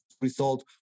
result